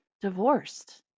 divorced